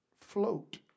float